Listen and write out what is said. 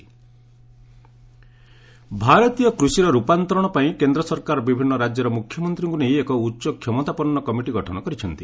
agri committee ଭାରତୀୟ କୁଷିର ରୂପାନ୍ତରଣ ପାଇଁ କେନ୍ଦ୍ର ସରକାର ବିଭିନ୍ନ ରାଜ୍ୟର ମୁଖ୍ୟମନ୍ତ୍ରୀଙ୍କୁ ନେଇ ଏକ ଉଚ୍ଚ କ୍ଷମତାପନ୍ନ କମିଟି ଗଠନ କରିଛନ୍ତି